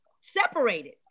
separated